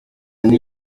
ndi